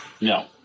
No